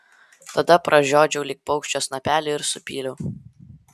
tada pražiodžiau lyg paukščio snapelį ir supyliau